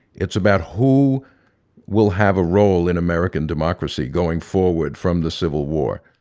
it's about who will have a role in american democracy going forward from the civil war.